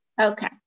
Okay